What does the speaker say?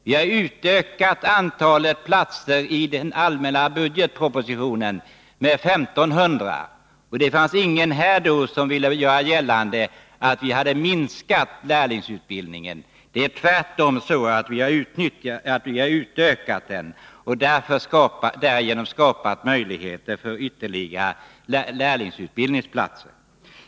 Vi har enligt budgetpropositionen utökat antalet platser med 1 500 och därigenom skapat möjligheter för ytterligare lärlingsutbildningsplatser.